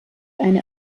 eine